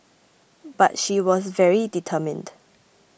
but she was very determined